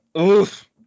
Oof